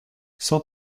cent